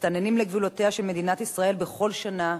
מסתננים לגבולותיה של מדינת ישראל בכל שנה,